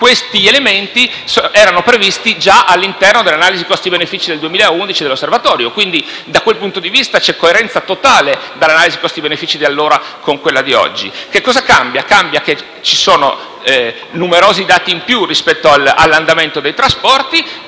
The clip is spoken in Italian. questi elementi erano previsti già all'interno delle analisi costi-benefici del 2011 dell'osservatorio. Da quel punto di vista, c'è coerenza totale tra l'analisi costi-benefici di allora e quella di oggi. Cambia che ci sono numerosi dati in più rispetto all'andamento dei trasporti